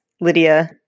Lydia